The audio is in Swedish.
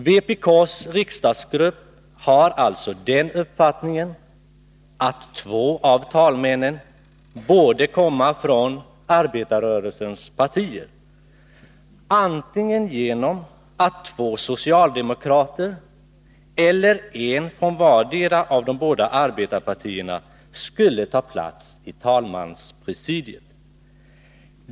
Vpk:s riksdagsgrupp har alltså den uppfattningen, att två av talmännen borde komma från arbetarrörelsens partier, antingen genom att två socialdemokrater eller en från vartdera av de båda arbetarpartierna skulle ta platsitalmanspresidiet.